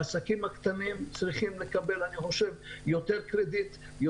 אני חושב שהעסקים הקטנים צריכים לקבל יותר קרדיט,